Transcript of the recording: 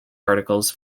articles